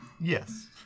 Yes